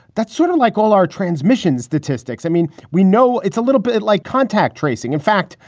that's sort of like all our transmission's statistics. i mean, we know it's a little bit like contact tracing in fact,